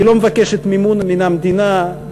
ולא מבקשת מימון מן המדינה,